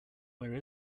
where